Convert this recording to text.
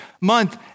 month